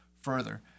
further